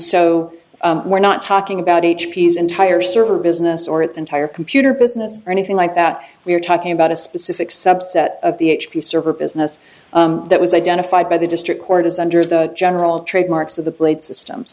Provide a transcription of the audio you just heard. so we're not talking about h p s entire server business or its entire computer business or anything like that we're talking about a specific subset of the h p server business that was identified by the district court as under the general trademarks of the blade systems